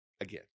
again